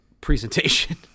presentation